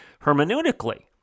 hermeneutically